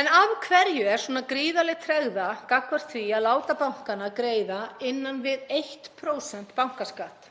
En af hverju er svona gríðarleg tregða gagnvart því að láta bankana greiða innan við 1% bankaskatt?